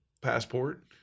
passport